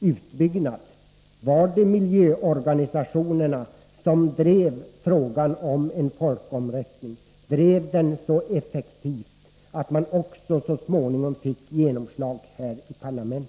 utbyggnad, var det miljöorganisationerna som drev kravet på en folkomröstning och drev det så effektivt att det så småningom fick genomslag även här i riksdagen.